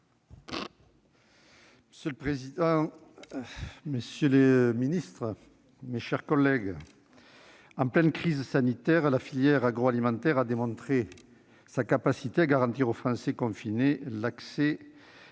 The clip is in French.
Monsieur le président, monsieur le ministre, mes chers collègues, en pleine crise sanitaire, la filière agroalimentaire a démontré sa capacité à garantir aux Français confinés l'accès